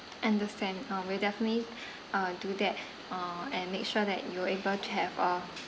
understand uh we will definitely uh do that uh and make sure that you're able to have a